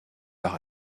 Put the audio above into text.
par